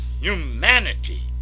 humanity